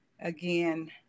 Again